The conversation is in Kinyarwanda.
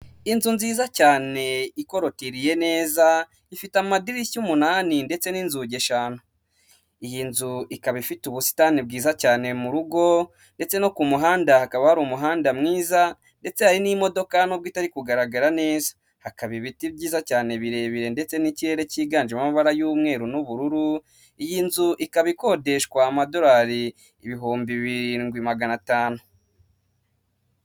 Inzu nziza cyane ikotiriye neza ifite amadirishya umunani, ndetse n'inzugi eshanu. Iyi nzu ikaba ifite ubusitani bwiza cyane mu rugo, ndetse no ku muhanda hakaba hari umuhanda mwiza, ndetse hari n'imodoka nubwo itari kugaragara neza. Hakaba ibiti byiza cyane birebire ndetse n'ikirere cyiganjemo amabara y'umweru n'ubururu, iyi nzu ikaba ikodeshwa amadolari ibihumbi birindwi magana atanu.